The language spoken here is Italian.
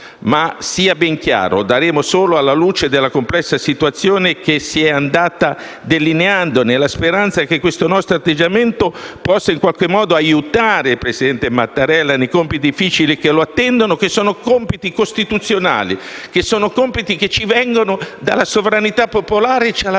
- sia ben chiaro - daremo solo alla luce della complessa situazione che si è andata delineando, nella speranza che questo nostro atteggiamento possa in qualche modo aiutare il presidente Mattarella nei compiti difficili che lo attendono, che sono compiti costituzionali che ci vengono dalla sovranità popolare, come